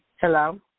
Hello